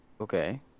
Okay